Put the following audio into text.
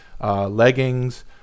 Leggings